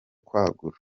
kwagura